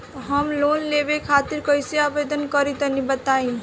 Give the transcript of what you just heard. हम लोन लेवे खातिर कइसे आवेदन करी तनि बताईं?